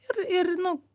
ir ir nu